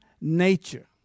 nature